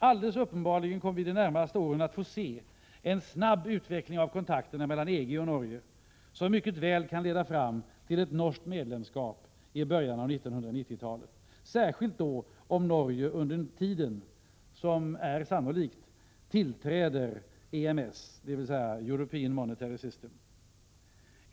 Alldeles uppenbarligen kommer vi de närmaste åren att få se en snabb utveckling av kontakterna mellan EG och Norge som mycket väl kan leda fram till ett norskt medlemskap i början av 1990-talet — särskilt om Norge, vilket är sannolikt, under tiden tillträder EMS, dvs. European Monetary System.